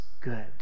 good